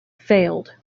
failed